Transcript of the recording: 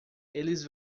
eles